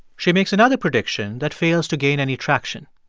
she makes another prediction that fails to gain any traction.